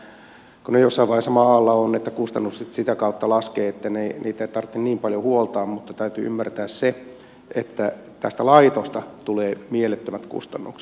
kun tässä tietysti toivotaan että kyllä ne jossain vaiheessa maan alla ovat ja kustannukset sitä kautta laskevat kun niitä ei tarvitse niin paljon huoltaa mutta täytyy ymmärtää se että tästä laitosta tulee mielettömät kustannukset